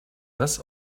das